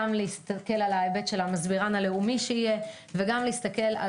גם להסתכל על ההיבט של המסבירן הלאומי שיהיה וגם להסתכל על